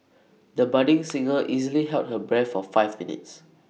the budding singer easily held her breath for five minutes